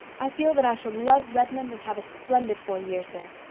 i feel that i shall love redmond and have a splendid four years there.